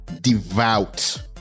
Devout